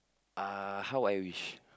uh how I wish